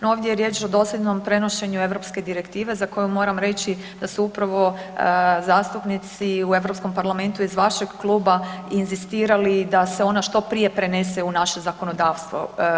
No ovdje je riječ o dosljednom prenošenju europske direktive za koju moram reći da su upravo zastupnici u Europskom parlamentu iz vašeg kluba inzistirali da se ona što prije prenese u naše zakonodavstvo.